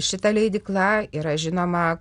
šita leidykla yra žinoma